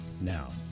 Now